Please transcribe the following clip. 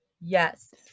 Yes